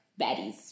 baddies